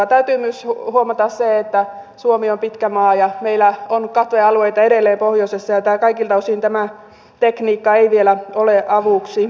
täytyy myös huomata se että suomi on pitkä maa ja meillä on edelleen katvealueita pohjoisessa ja kaikilta osin tämä tekniikka ei vielä ole avuksi